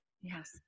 Yes